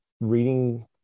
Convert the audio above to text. reading